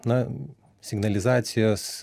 na signalizacijos